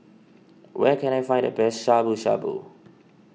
where can I find the best Shabu Shabu